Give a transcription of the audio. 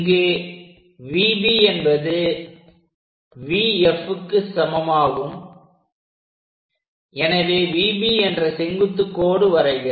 இங்கு VB என்பது VFக்கு சமமாகும் எனவே VB என்ற செங்குத்துக் கோடு வரைக